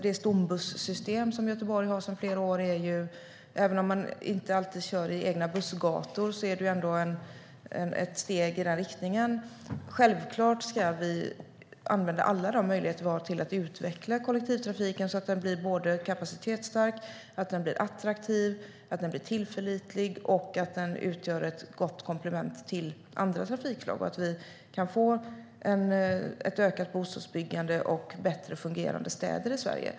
Det stombusssystem som sedan flera år finns i Göteborg är ju - även om man inte alltid kör i egna bussgator - ett steg i den riktningen. Självklart ska vi använda alla möjligheter som finns till att utveckla kollektivtrafiken så att den blir kapacitetsstark, attraktiv, tillförlitlig och ett gott komplement till andra trafikslag. Då kan vi få ett ökat bostadsbyggande och bättre fungerande städer i Sverige.